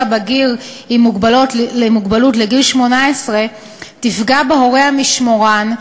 הבגיר עם מוגבלות לגיל 18 תפגע בהורה המשמורן,